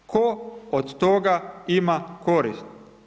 Tko od toga ima korist?